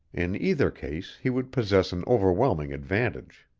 in either case he would possess an overwhelming advantage.